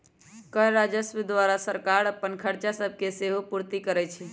कर राजस्व द्वारा सरकार अप्पन खरचा सभके सेहो पूरति करै छै